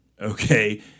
okay